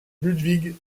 ludwig